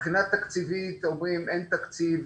מבחינה תקציבית אומרים 'אין תקציב,